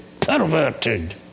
perverted